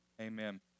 amen